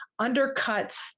undercuts